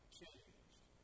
changed